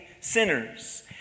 sinners